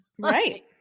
Right